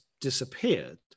disappeared